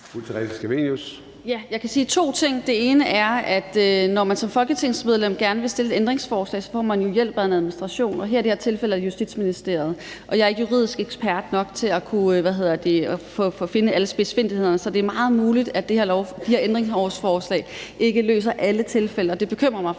Jeg kan sige to ting. Det ene er, at når man som folketingsmedlem gerne vil stille ændringsforslag, får man jo hjælp af en administration, og i det her tilfælde er det Justitsministeriet. Jeg er ikke juridisk ekspert nok til at kunne finde alle spidsfindighederne, så det er meget muligt, at de her ændringsforslag ikke løser alle tilfælde. Det, du siger